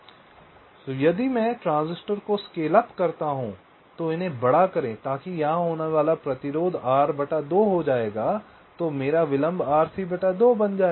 इसलिए यदि मैं ट्रांजिस्टर को स्केल अप करता हूँ तो उन्हें बड़ा करें तांकि यहां होने वाला प्रतिरोध R2 हो जायेगा तो मेरा विलंब RC2 बन जाएगा